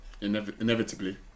inevitably